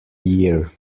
year